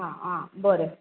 आ आ बरें